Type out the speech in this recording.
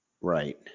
Right